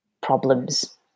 problems